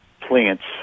plants